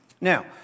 Now